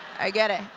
i get it.